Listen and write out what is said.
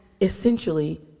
essentially